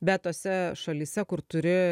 bet tose šalyse kur turi